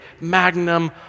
magnum